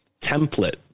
template